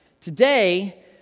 Today